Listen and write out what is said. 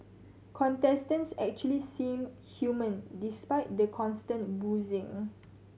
contestants actually seem human despite the constant boozing